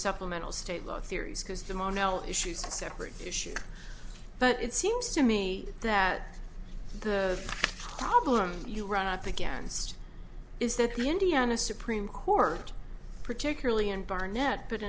supplemental state law theories because the mon el issues separate issues but it seems to me that the problem you run at the gans is that the indiana supreme court particularly in barnett but